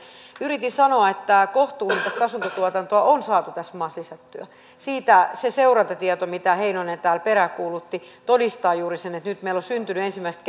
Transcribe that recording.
yritin sanoa että kohtuuhintaista asuntotuotantoa on saatu tässä maassa lisättyä siitä se seurantatieto mitä edustaja heinonen täällä peräänkuulutti todistaa juuri sen että nyt meille on syntynyt ensimmäistä